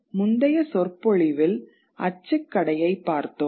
முந்தைய சொற்பொழிவில் அச்சுக் கடையைப் பார்த்தோம்